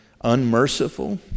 unmerciful